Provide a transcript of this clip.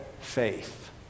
faith